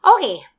Okay